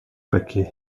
paquet